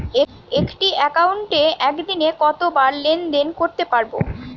একটি একাউন্টে একদিনে কতবার লেনদেন করতে পারব?